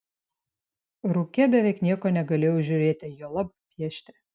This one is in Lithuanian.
rūke beveik nieko negalėjau įžiūrėti juolab piešti